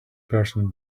person